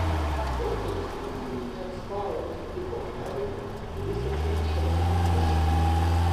daugelis mūsų neatsparūs kito nerimui kuris atsimuša į mūsiškį